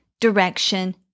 direction